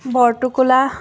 বৰটোকোলা